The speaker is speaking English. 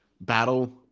battle